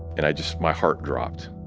and i just, my heart dropped.